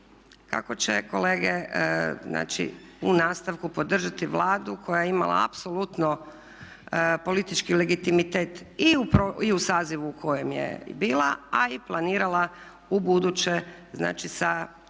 kako će kolege znači u nastavku podržati Vladu koja je imala apsolutno politički legitimitet i u sazivu u kojem je bila a i planirala ubuduće znači